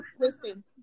Listen